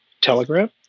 Telegram